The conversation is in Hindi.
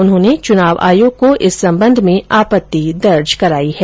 उन्होंने चुनाव आयोग को इस संबंध में आपत्ति दर्ज कराई है